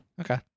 Okay